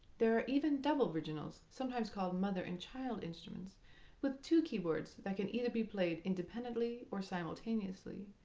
there are even double virginals sometimes called mother and child instruments with two keyboards that can either be played independently or simultaneously,